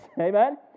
Amen